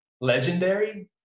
legendary